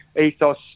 ethos